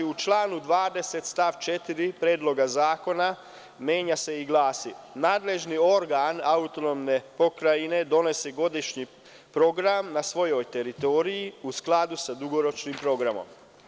U članu 20. stav 4. Predloga zakona, menja se i glasi: „nadležni organ AP donosi godišnji program na svojoj teritoriji, u skladu sa dugoročnim programom“